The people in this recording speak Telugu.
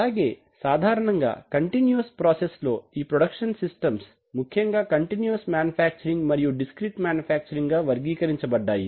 అలాగే సాధారణంగా కంటిన్యూస్ ప్రాసెస్ లో ఈ ప్రొడక్షన్ సిస్టమ్స్ ముఖ్యంగా కంటిన్యూస్ మాన్యుఫ్యాక్చరింగ్ మరియు డిస్క్రీట్ మాన్యుఫాక్చరింగ్ గా వర్గీకరించబడ్డాయి